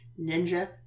ninja